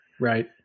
Right